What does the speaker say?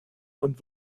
und